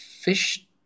fish